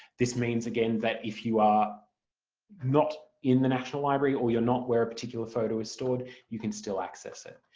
this means again that if you are not in the national library or you're not where a particular photo is stored you can still access it.